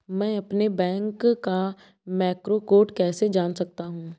मैं अपने बैंक का मैक्रो कोड कैसे जान सकता हूँ?